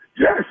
yes